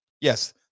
Yes